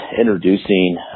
introducing